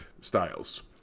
styles